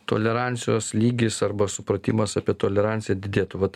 tolerancijos lygis arba supratimas apie toleranciją didėtų vat